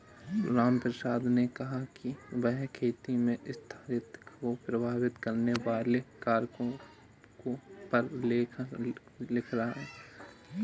रामप्रसाद ने कहा कि वह खेती में स्थिरता को प्रभावित करने वाले कारकों पर आलेख लिख रहा है